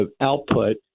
output